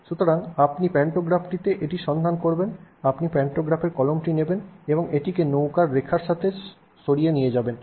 সুতরাং আপনি প্যান্টোগ্রাফটিতে এটি সন্ধান করবেন আপনি প্যান্টোগ্রাফের কলমটি নেবেন এবং এটিকে নৌকার রেখার সাথে সরিয়ে নিয়ে যাবেন